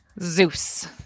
Zeus